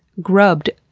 grubbed?